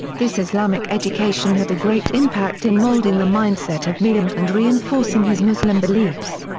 this islamic education had a great impact in molding the mindset of mehmed and reinforcing his muslim beliefs.